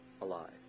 alive